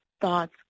thoughts